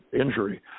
injury